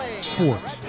Sports